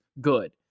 good